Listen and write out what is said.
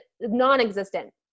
non-existent